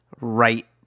right